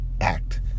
act